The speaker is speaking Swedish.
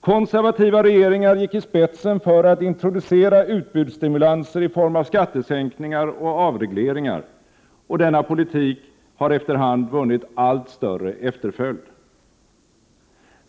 Konservativa regeringar gick i spetsen för att introducera utbudsstimulanser i form av skattesänkningar och avregleringar, och denna politik har efter hand vunnit allt större efterföljd.